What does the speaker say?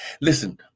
listen